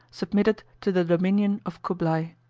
submitted to the dominion of cublai.